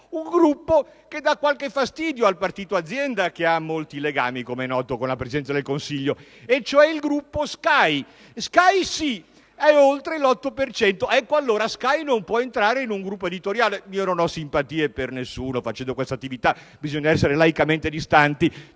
un gruppo che dà qualche fastidio al "partito azienda" che ha molti legami - com'è noto - con la Presidenza del Consiglio, cioè il gruppo Sky, che è oltre l'8 per cento. Pertanto Sky non può entrare in un gruppo editoriale. Non ho simpatie per nessuno; facendo questa attività, bisogna essere laicamente distanti.